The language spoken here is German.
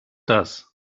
das